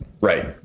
Right